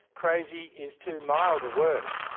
crazy is too mild a word.